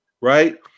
right